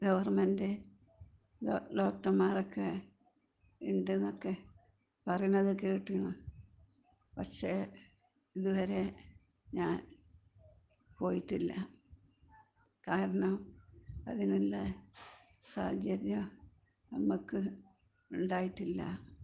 government ഡോക്റ്റർമാരക്കെ ഉണ്ട് എന്നൊക്കെ പറയുന്നത് കേട്ടിരുന്നു പക്ഷെ ഇതുവരെ ഞാൻ പോയിട്ടില്ല കാരണം അതിനുള്ള സാഹചര്യം നമുക്ക് ഉണ്ടായിട്ടില്ല